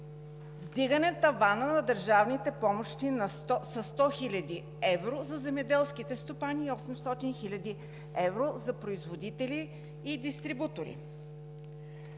вдигане такава на държавните помощи със 100 хил. евро за земеделските стопани и 800 хил. евро за производители и дистрибутори;